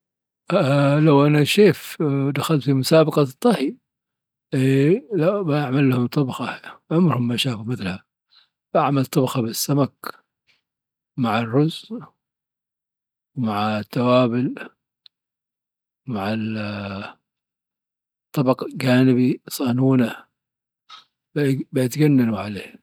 لو انا شيف دخلت مسابقة طهي، بعمل لهم طبخة عمرهم ماشافوا مثلها ، بعمل طبخةبالسمك مع الرز مع التوابل مع طبق جانبي صالونة، بايتجننوا عليها.